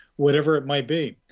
whatever it might be.